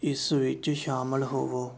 ਇਸ ਵਿੱਚ ਸ਼ਾਮਲ ਹੋਵੋ